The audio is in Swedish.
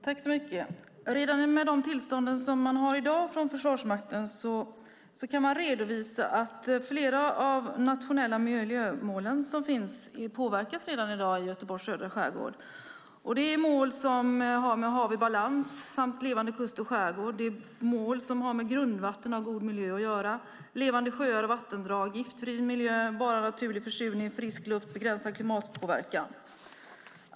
Fru talman! Redan med de tillstånd Försvarsmakten har i dag kan man redovisa att flera av de nationella miljömål som finns redan i dag påverkas i Göteborgs södra skärgård. Det är mål som har med hav i balans samt levande kust och skärgård att göra. Det är mål som har med grundvatten och god miljö att göra. Det handlar om levande sjöar, en giftfri miljö, bara naturlig försurning, frisk luft och begränsad klimatpåverkan.